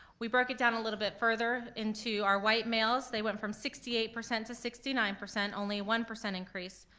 we broke it down a little bit further into our white males. they went from sixty eight percent to sixty nine, only one percent increase.